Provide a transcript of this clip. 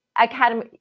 Academy